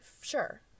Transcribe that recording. sure